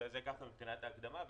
זו ההקדמה לגבי הרקע.